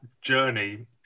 journey